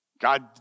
God